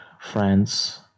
France